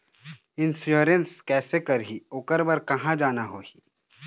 Insurance कैसे करही, ओकर बर कहा जाना होही?